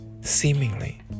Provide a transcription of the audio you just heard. seemingly